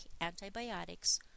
antibiotics